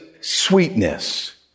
sweetness